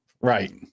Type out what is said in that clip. Right